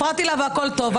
הפרעתי לה והכול טוב.